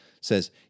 says